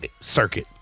circuit